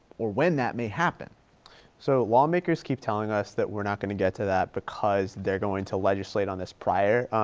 or when that may happen. breland so lawmakers keep telling us that we're not going to get to that because they're going to legislate on this prior,